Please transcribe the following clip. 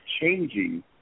changing